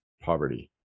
poverty